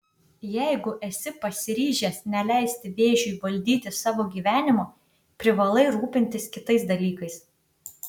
jeigu esi pasiryžęs neleisti vėžiui valdyti savo gyvenimo privalai rūpintis kitais dalykais